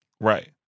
Right